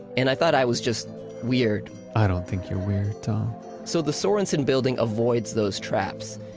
and i thought i was just weird i don't think you're weird, tom so the sorenson building avoids those traps.